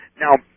Now